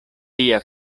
tia